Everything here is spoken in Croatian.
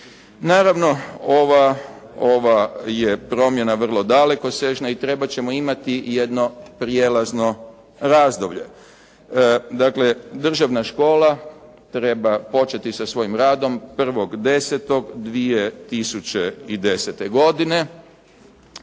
Naravno ova je promjena vrlo dalekosežna i trebat ćemo imati jedno prijelazno razdoblje. Dakle, državna škola treba početi sa svojim radom 01.10.2010. godine.